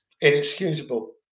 inexcusable